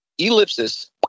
Ellipsis